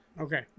okay